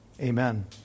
Amen